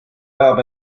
ajab